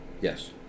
Yes